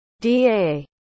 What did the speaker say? DA